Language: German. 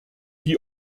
die